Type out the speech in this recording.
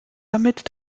damit